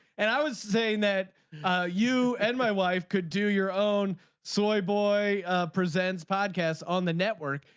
and i was saying that you and my wife could do your own soy boy presents podcast on the network.